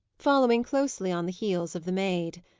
following closely on the heels of the maid.